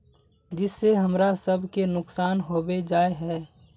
जिस से हमरा सब के नुकसान होबे जाय है?